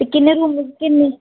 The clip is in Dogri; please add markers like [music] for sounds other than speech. ते किन्ने किन्ने [unintelligible]